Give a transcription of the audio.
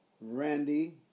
Randy